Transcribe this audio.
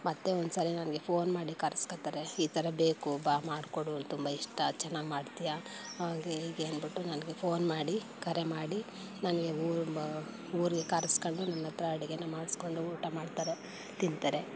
ಮತ್ತೆ ಒಂದ್ಸರಿ ನನಗೆ ಫೋನ್ ಮಾಡಿ ಕರ್ಸ್ಕೊಳ್ತಾರೆ ಈ ಥರ ಬೇಕು ಬಾ ಮಾಡಿಕೊಡು ತುಂಬ ಇಷ್ಟ ಚೆನ್ನಾಗಿ ಮಾಡ್ತೀಯಾ ಹಾಗೆ ಹೀಗೆ ಅಂದ್ಬಿಟ್ಟು ನನಗೆ ಫೋನ್ ಮಾಡಿ ಕರೆ ಮಾಡಿ ನನಗೆ ಊರಿಗೆ ಬಾ ಊರಿಗೆ ಕರ್ಸ್ಕೊಂಡು ನನ್ನ ಹತ್ರ ಅಡುಗೆನ ಮಾಡಿಸ್ಕೊಂಡು ಊಟ ಮಾಡ್ತಾರೆ ತಿಂತಾರೆ